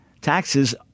taxes